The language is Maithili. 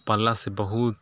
पललासँ बहुत